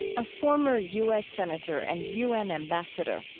a former u s. senator and u n. ambassador,